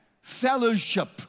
fellowship